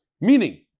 meaning